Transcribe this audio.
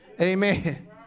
Amen